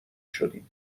شدیم